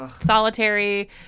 solitary